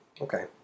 okay